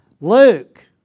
Luke